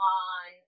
on